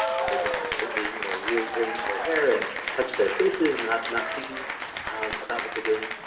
they can accidentally, you know, rearrange their hair and touch their faces, not not thinking about what they're doing,